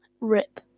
rip